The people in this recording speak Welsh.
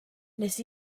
nes